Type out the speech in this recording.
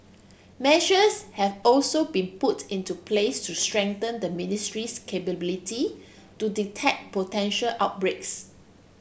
measures have also been put into place to strengthen the ministry's capability to detect potential outbreaks